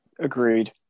agreed